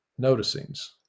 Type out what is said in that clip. noticings